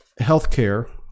healthcare